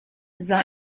sah